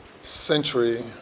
century